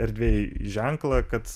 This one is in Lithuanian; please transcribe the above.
erdvėj ženklą kad